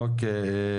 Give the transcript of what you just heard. אוקיי,